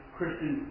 Christian